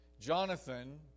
Jonathan